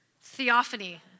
Theophany